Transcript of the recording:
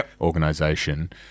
organization